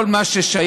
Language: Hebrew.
כל מה ששייך,